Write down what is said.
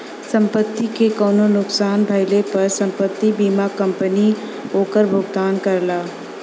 संपत्ति के कउनो नुकसान भइले पर संपत्ति बीमा कंपनी ओकर भुगतान करला